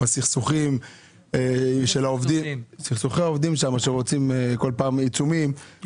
סכסוכי העובדים שרוצים כל פעם עיצומים,